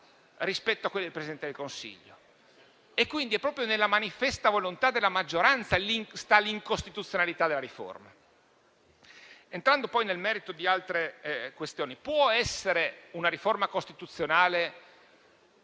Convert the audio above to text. rispetto a quelli del Presidente del Consiglio. Quindi proprio nella manifesta volontà della maggioranza sta l'incostituzionalità della riforma. Entrando poi nel merito di altre questioni, può essere una riforma costituzionale